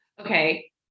okay